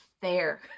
fair